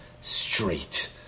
straight